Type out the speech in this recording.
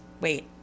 wait